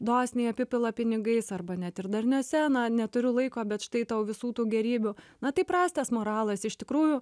dosniai apipila pinigais arba net ir darniose na neturiu laiko bet štai tau visų tų gėrybių na tai prastas moralas iš tikrųjų